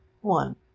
one